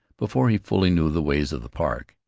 before he fully knew the ways of the park.